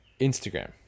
Instagram